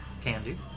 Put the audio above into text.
Candy